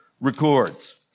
records